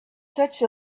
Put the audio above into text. such